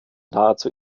nahezu